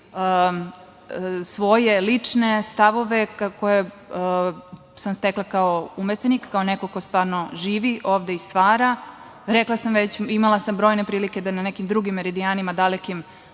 svoje lične stavove koje sam stekla kao umetnik, kao neko ko stvarno živi ovde i stvara. Rekla sam već, imala sam brojne prilike da na nekim drugim meridijanima dalekim